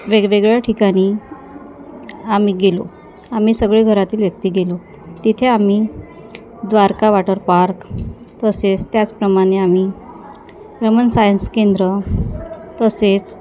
वेगवेगळ्या ठिकाणी आम्ही गेलो आम्ही सगळे घरातील व्यक्ती गेलो तिथे आम्ही द्वारका वॉटर पार्क तसेच त्याचप्रमाणे आम्ही रमण सायन्स केंद्र तसेच